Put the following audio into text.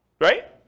Right